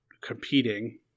competing